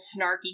snarky